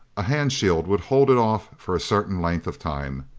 a hand shield would hold it off for a certain length of time.